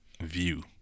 View